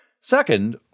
Second